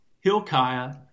Hilkiah